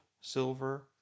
silver